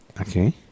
Okay